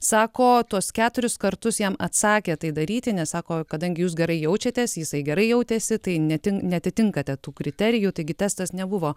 sako tuos keturis kartus jam atsakė tai daryti nes sako kadangi jūs gerai jaučiatės jisai gerai jautėsi tai netin neatitinkate tų kriterijų taigi testas nebuvo